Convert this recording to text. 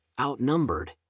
outnumbered